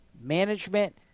management